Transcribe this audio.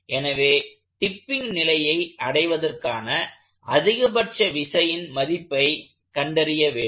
எனவே டிப்பிங் நிலையை அடைவதற்கான அதிகபட்ச விசையின் மதிப்பை கண்டறியவேண்டும்